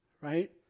right